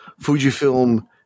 Fujifilm